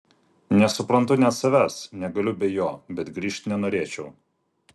nesuprantu net savęs negaliu be jo bet grįžt nenorėčiau